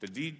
the d